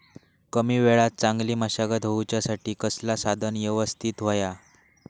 कमी वेळात चांगली मशागत होऊच्यासाठी कसला साधन यवस्तित होया?